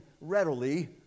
readily